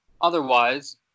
Otherwise